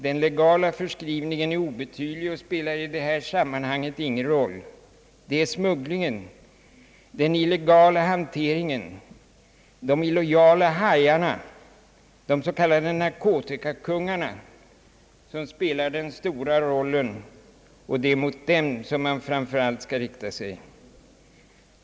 Den legala förskrivningen är obetydlig och spelar i detta sammanhang inte någon roll. Det är smugglingen, den illegala hanteringen, de illojala hajarna och de s.k. narkotikakungarna som spelar den stora rollen, och det är mot dem som man framför allt skall rikta sig.